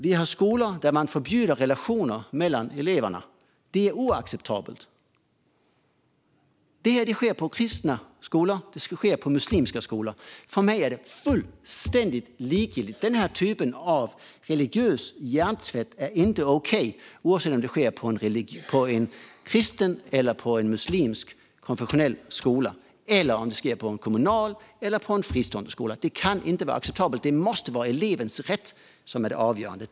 Vi har skolor där man förbjuder relationer mellan eleverna. Det är oacceptabelt. Detta sker på kristna skolor, och det sker på muslimska skolor. För mig är det fullständigt likgiltigt. Den här typen av religiös hjärntvätt är inte okej, oavsett om den sker på en kristen eller muslimsk konfessionell skola eller om den sker på en kommunal eller fristående skola. Det kan inte vara acceptabelt. Det måste vara elevens rätt som är det avgörande.